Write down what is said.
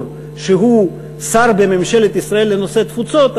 של שר בממשלת ישראל לנושא התפוצות,